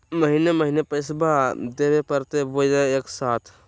महीने महीने पैसा देवे परते बोया एके साथ?